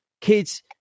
kids